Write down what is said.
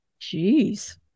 Jeez